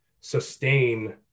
sustain